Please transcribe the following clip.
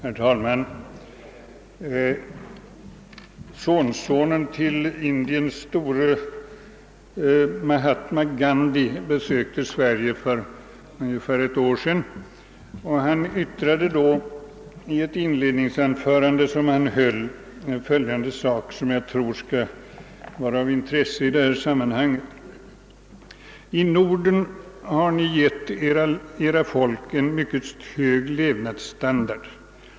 Herr talman! Sonsonen till Indiens store ledare Mahatma Gandhi besökte Sverige för ungefär ett år sedan, och han yttrade då i ett inledningsanförande vid en konferens följande ord, som kan vara av intresse i detta sammanhang: »I Norden har ni gett era folk en mycket hög levnadsstandard.